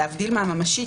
להבדיל מהממשית,